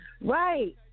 Right